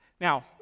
Now